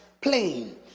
Plain